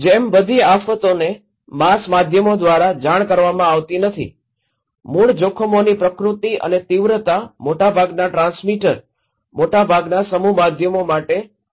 જેમ બધી આફતોને માસ માધ્યમો દ્વારા જાણ કરવામાં આવતી નથી મૂળ જોખમોની પ્રકૃતિ અને તીવ્રતા મોટાભાગના ટ્રાન્સમીટર મોટાભાગના સમૂહ માધ્યમો માટે માત્ર રસ છે